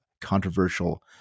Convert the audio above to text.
controversial